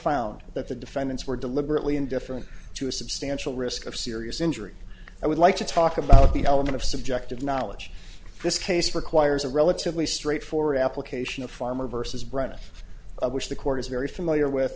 found that the defendants were deliberately indifferent to a substantial risk of serious injury and would like to talk about the element of subjective knowledge this case requires a relatively straightforward application of farmer versus brenna which the court is very familiar with